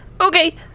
Okay